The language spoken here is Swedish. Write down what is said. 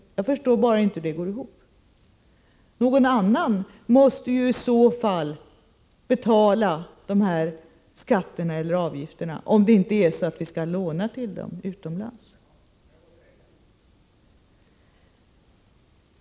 Jag förstår bara inte hur det går ihop. Någon annan måste i så fall betala dessa skatter och avgifter, om vi inte skall låna till dem utomlands.